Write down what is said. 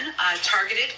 targeted